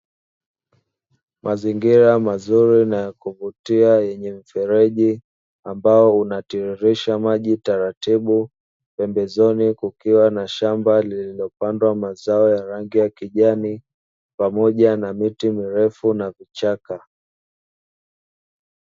Mazingira mazuri na yakuvutia yenye mfereji ambao unatiririsha maji taratibu. Pembezoni kukiwa na shamba lililopandwa mazao ya rangi ya kijani pamoja na miti mirefu na vichaka.